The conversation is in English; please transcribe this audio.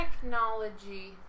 technology